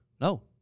No